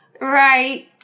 right